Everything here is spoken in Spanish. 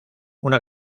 una